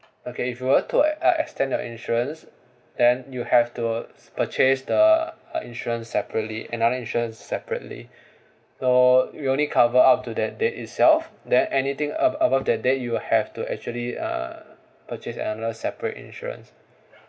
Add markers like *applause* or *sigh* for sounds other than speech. okay if you were to uh extend your insurance then you have to purchase the uh insurance separately another insurance separately *breath* so we only cover up to that date itself then anything ab~ above that date you have to actually uh purchase another separate insurance